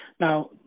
Now